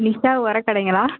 நிஷா உர கடைங்களா